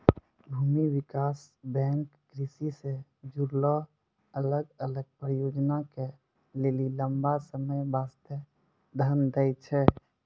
भूमि विकास बैंक कृषि से जुड़लो अलग अलग परियोजना के लेली लंबा समय बास्ते धन दै छै